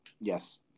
yes